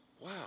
wow